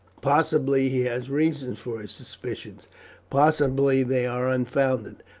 possibly he has reason for his suspicions possibly they are unfounded.